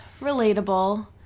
relatable